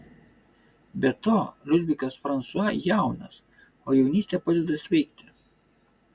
be to liudvikas fransua jaunas o jaunystė padeda sveikti